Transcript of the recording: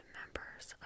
members